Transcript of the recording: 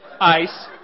ice